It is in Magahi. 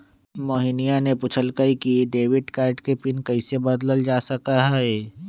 मोहिनीया ने पूछल कई कि डेबिट कार्ड के पिन कैसे बदल्ल जा सका हई?